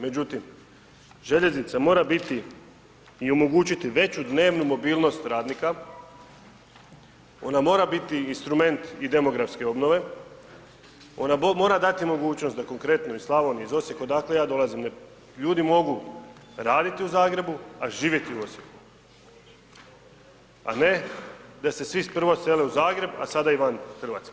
Međutim, željeznica mora biti i omogućiti veću dnevnu mobilnost radnika, ona mora biti instrument i demografske obnove, ona mora dati mogućnosti da konkretno iz Slavonije, iz Osijeka odakle ja dolazim, ljudi mogu raditi u Zagrebu i živjeti u Osijeku, a ne da se svi prvo sele u Zagreb a sada i van Hrvatske.